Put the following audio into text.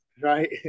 right